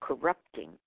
corrupting